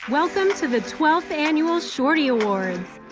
welcome to the twelfth annual shorty awards.